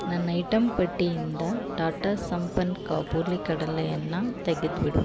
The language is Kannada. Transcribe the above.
ನನ್ನ ಐಟಮ್ ಪಟ್ಟಿಯಿಂದ ಟಾಟಾ ಸಂಪನ್ ಕಾಬೂಲ್ ಕಡಲೆಯನ್ನು ತೆಗೆದ್ಬಿಡು